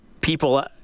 people